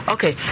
Okay